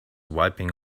wiping